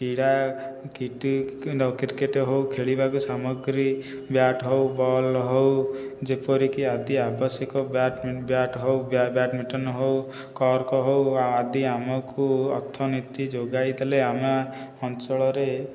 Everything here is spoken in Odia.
କ୍ରୀଡ଼ା କ୍ରିକେଟ ହେଉ ଖେଳିବା ସାମଗ୍ରୀ ବ୍ୟାଟ ହେଉ ବଲ ହେଉ ଯେପରିକି ଅତି ଆବଶ୍ୟକ ବ୍ୟାଟ ବ୍ୟାଟ ହେଉ ବ୍ୟାଡ଼ମିଟନ ହେଉ କର୍କ ହେଉ ଆଦି ଆମକୁ ଅର୍ଥନୀତି ଯୋଗାଇଦେଲେ ଆମ ଅଞ୍ଚଳରେ